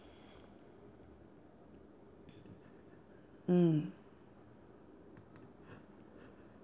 mm